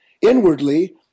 inwardly